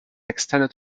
extended